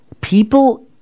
People